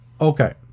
Okay